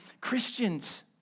Christians